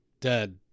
Dead